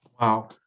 Wow